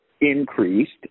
increased